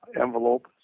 envelope